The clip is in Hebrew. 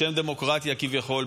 בשם דמוקרטיה כביכול,